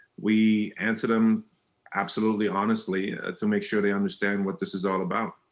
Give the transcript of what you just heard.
we answered them absolutely, honestly, to make sure they understand what this is all about.